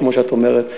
כמו שאת אומרת,